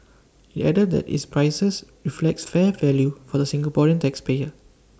IT added that its prices reflects fair value for the Singaporean tax payer